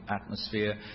atmosphere